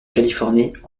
californie